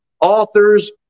authors